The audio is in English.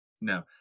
No